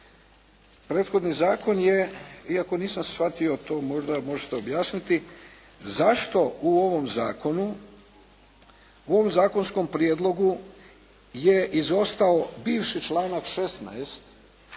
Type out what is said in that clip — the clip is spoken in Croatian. prethodni zakon je iako nisam shvatio to možda možete objasniti zašto u ovom zakonu, u ovom zakonskom prijedlogu je izostao bivši članak 16.